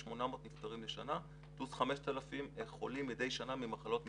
800 נפטרים בשנה פלוס 5,000 חולים מדי שנה ממחלות מקצוע.